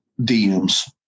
DMs